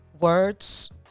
words